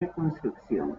reconstrucción